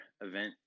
event